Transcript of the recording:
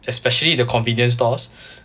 especially the convenience stores